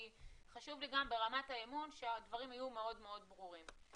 חשוב לי גם ברמת האמון שהדברים יהיו מאוד מאוד ברורים.